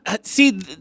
See